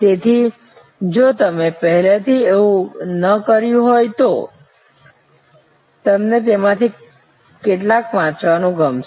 તેથી જો તમે પહેલાથી આવું ન કર્યું હોય તો તમને તેમાંથી કેટલાક વાંચવાનું ગમશે